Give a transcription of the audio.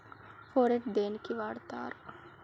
Phorate దేనికి వాడుతరు?